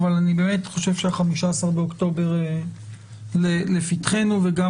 אבל אני באמת חושב שה-15 באוקטובר לפתחנו ואני